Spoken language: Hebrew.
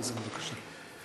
נאזם, בבקשה.